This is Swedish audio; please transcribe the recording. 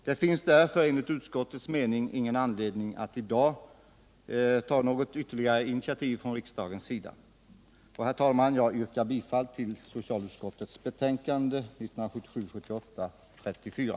Det finns därför enligt utskottets mening ingen anledning att ta något ytterligare initiativ från riksdagens sida. Herr talman! Jag yrkar bifall till utskottets hemställan i socialutskottets betänkande 1977/78:34.